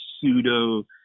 pseudo